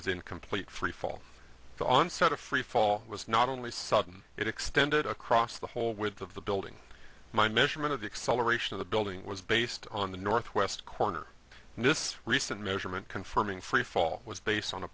in complete freefall the onset of freefall was not only sudden it extended across the whole width of the building my measurement of the acceleration of the building was based on the northwest corner and this recent measurement confirming freefall was based on a